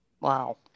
wow